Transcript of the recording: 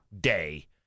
day